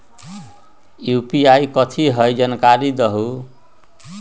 UPI कथी है? जानकारी दहु